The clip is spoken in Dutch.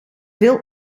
veel